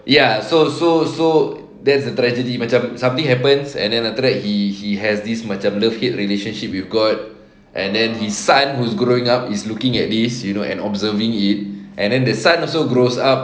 ya so so so that's a tragedy macam something happens and then after that he he has this macam love hate relationship with god and then his son who's growing up is looking at this you know and observing it and then the son also grows up